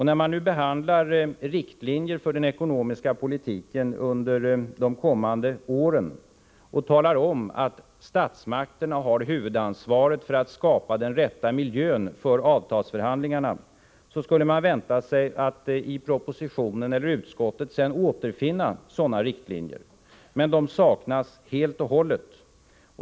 När man nu behandlar riktlinjer för den ekonomiska politiken under de kommande åren och talar om att statsmakterna har huvudansvaret för att skapa den rätta miljön för avtalsförhandlingarna skulle man vänta sig att i propositionen eller utskottsbetänkandet sedan återfinna sådana riktlinjer. Men de saknas helt och hållet.